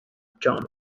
genre